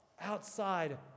outside